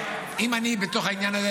אם אני בתוך העניין הזה,